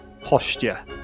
posture